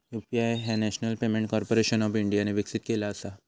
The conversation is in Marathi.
यू.पी.आय ह्या नॅशनल पेमेंट कॉर्पोरेशन ऑफ इंडियाने विकसित केला असा